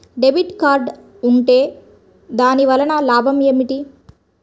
Debit card ఉంటే దాని వలన లాభం ఏమిటీ?